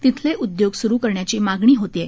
तिथले उद्योग सुरू करण्याची मागणी होत आहे